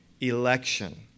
election